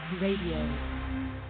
Radio